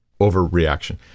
overreaction